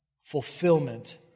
fulfillment